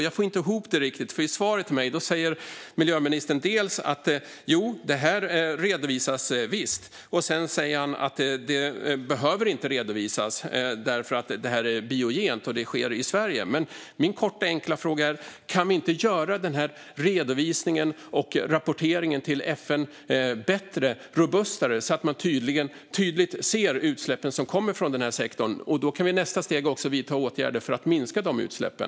Jag får inte ihop det hela riktigt, för i svaret till mig säger miljöministern dels att detta visst redovisas, dels att det inte behöver redovisas eftersom det är biogent och sker i Sverige. Men min korta och enkla fråga är: Kan vi inte göra den här redovisningen och rapporteringen till FN bättre och robustare, så att man tydligt ser de utsläpp som kommer från denna sektor? Då kan vi i nästa steg också vidta åtgärder för att minska de utsläppen.